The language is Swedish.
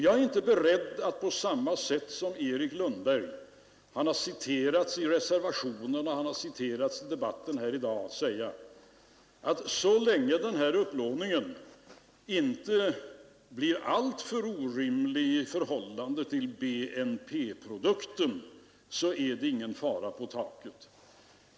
Jag är inte beredd att på samma sätt som Erik Lundberg — han har citerats i reservationerna och i debatten här i dag — säga, att så länge den här upplåningen inte blir alltför orimlig i förhållande till BNP så är det ingen fara på taket.